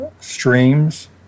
streams